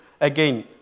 again